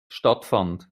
stattfand